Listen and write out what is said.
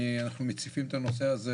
אנחנו מציפים את הנושא הזה.